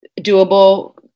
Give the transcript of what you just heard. doable